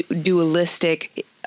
dualistic